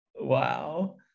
Wow